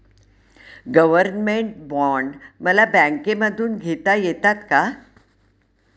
Government bond मला बँकेमधून घेता येतात का?